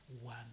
one